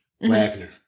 Wagner